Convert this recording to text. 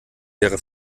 wäre